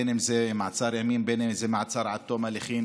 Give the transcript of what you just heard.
בין שזה מעצר ימים ובין שזה מעצר עד תום ההליכים